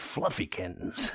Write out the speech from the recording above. Fluffykins